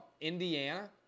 Indiana